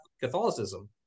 Catholicism